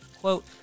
Quote